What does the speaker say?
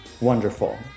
Wonderful